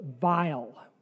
vile